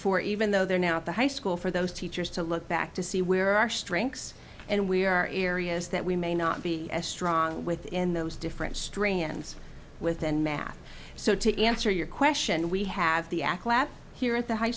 for even though they're now at the high school for those teachers to look back to see where our strengths and we are in areas that we may not be as strong within those different strands within math so to answer your question we have the ak lab here at the high